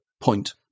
point